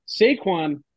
Saquon